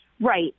Right